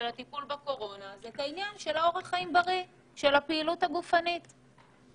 הטיפול בקורונה הוא עניין הפעילות הגופנית ואורח חיים בריא.